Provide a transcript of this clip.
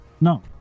no